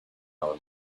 our